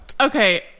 okay